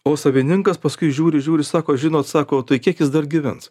o savininkas paskui žiūri žiūri sako žinot sako tai kiek jis dar gyvens